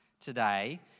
today